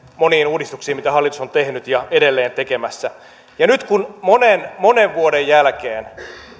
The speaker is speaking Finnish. moniin uudistuksiin mitä hallitus on tehnyt ja on edelleen tekemässä ja nyt kun monen monen vuoden jälkeen